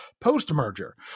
post-merger